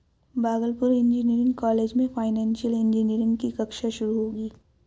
Bhagalpur engineering college में financial engineering की कक्षा शुरू होगी